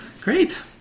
Great